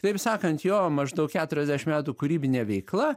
taip sakant jo maždaug keturiasdešim metų kūrybinė veikla